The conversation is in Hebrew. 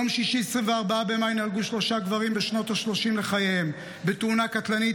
ביום שישי 24 במאי נהרגו שלושה גברים בשנות השלושים לחייהם בתאונה קטלנית